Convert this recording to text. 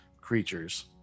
creatures